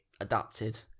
adapted